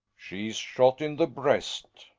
she's shot in the breast.